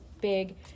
big